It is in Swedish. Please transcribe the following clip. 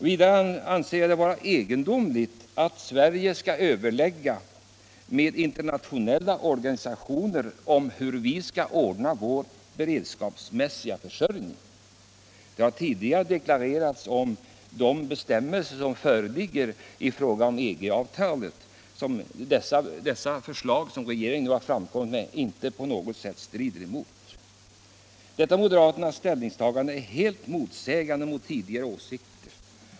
Vidare anser jag det egendomligt att Sverige skall överlägga med internationella organisationer om hur vi skall ordna vår beredskapsmässiga försörjning. De förslag som regeringen nu framlagt strider inte på något sätt mot bestämmelserna i EG-avtalet. Detta moderaternas ställningstagande är helt motsägande mot tidigare åsikter.